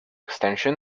extension